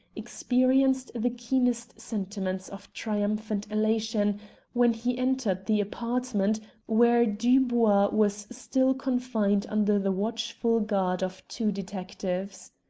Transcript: experienced the keenest sentiments of triumphant elation when he entered the apartment where dubois was still confined under the watchful guard of two detectives.